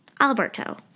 Alberto